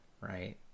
Right